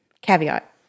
caveat